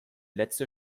letzte